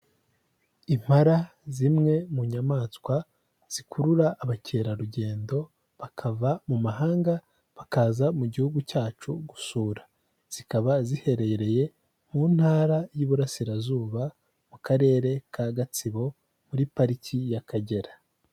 Impala zimwe mu nyamaswa zikurura abakerarugendo bakava mu mahanga bakaza mu gihugu cyacu gusura, zikaba ziherereye mu ntara y'Iburasirazuba mu karere ka Gatsibo muri pariki y'Akagera.